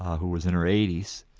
who was in her eighty s,